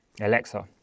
Alexa